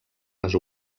les